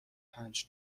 پنج